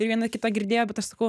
ir viena kitą girdėjo bet aš sakau